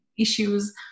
issues